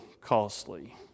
costly